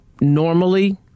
normally